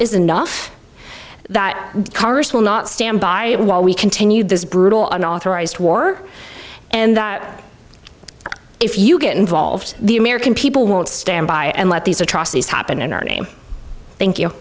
is enough that congress will not stand by while we continue this brutal unauthorized war and that if you get involved the american people won't stand by and let these atrocities happen in our name thank you